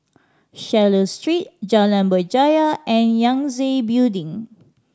Swallow Street Jalan Berjaya and Yangtze Building